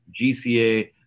GCA